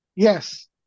Yes